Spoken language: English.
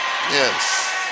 Yes